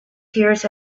tears